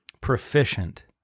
proficient